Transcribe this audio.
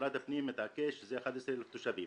משרד הפנים מתעקש שאלה 11,000 תושבים.